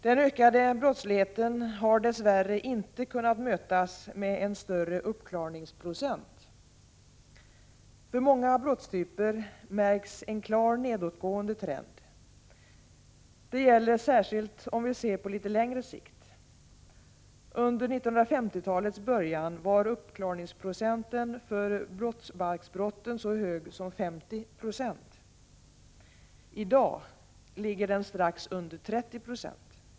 Den ökade brottsligheten har dess värre inte kunnat mötas med en större uppklaringsprocent. För många brottstyper märks en klart nedåtgående trend. Det gäller särskilt om vi ser på litet längre sikt. Under 1950-talets början var uppklaringsprocenten för brottsbalksbrotten så hög som 50 96. I dag ligger den strax under 30 96.